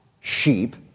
sheep